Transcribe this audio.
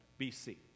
bc